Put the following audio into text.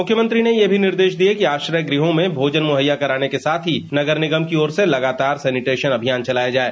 मुख्यमंत्री ने ये भी निर्देश दिये कि आश्रय गृहों में भोजन मुहैया कराने के साथ ही नगर निगम की ओर से लगातार सैनिर्टेशन अभियान चलाया जाये